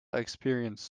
experience